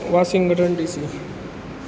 Washington DC